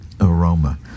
aroma